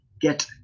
get